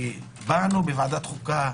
שבאנו בוועדת חוקה.